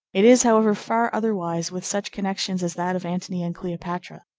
it is, however, far otherwise with such connections as that of antony and cleopatra.